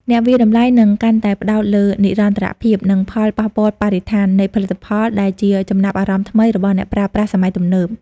អ្នកវាយតម្លៃនឹងកាន់តែផ្តោតលើ "និរន្តរភាព" និង "ផលប៉ះពាល់បរិស្ថាន" នៃផលិតផល ដែលជាចំណាប់អារម្មណ៍ថ្មីរបស់អ្នកប្រើប្រាស់សម័យទំនើប។